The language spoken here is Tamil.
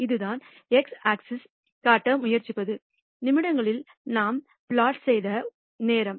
இதுதான் x ஆக்சிஸ் காட்ட முயற்சிப்பது நிமிடங்களில் நாம் பிளாட் செய்த நேரம்